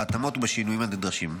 בהתאמות ובשינויים הנדרשים.